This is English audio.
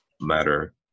matter